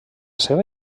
seva